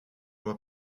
vois